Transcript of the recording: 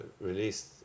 released